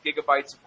gigabytes